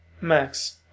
Max